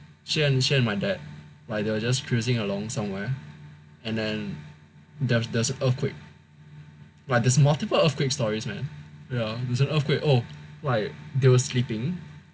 she and my dad like they were just cruising along somewhere and then there was an earthquake like there's multiple earthquake stories man ya there's an earthquake oh they were like sleeping and then